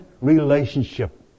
relationship